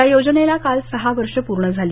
या योजनेला काल सहा वर्ष प्रर्ण झाली